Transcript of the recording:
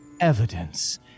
evidence